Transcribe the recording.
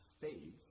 faith